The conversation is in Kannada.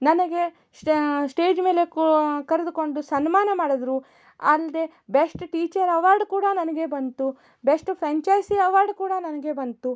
ನನಗೆ ಸ್ಟೇಜ್ ಮೇಲೆ ಕು ಕರೆದುಕೊಂಡು ಸನ್ಮಾನ ಮಾಡಿದ್ರು ಅಲ್ಲದೇ ಬೆಸ್ಟ್ ಟೀಚರ್ ಅವಾರ್ಡ್ ಕೂಡ ನನಗೇ ಬಂತು ಬೆಸ್ಟ್ ಫ್ರೆಂಚೈಸಿ ಅವಾರ್ಡ್ ಕೂಡ ನನಗೇ ಬಂತು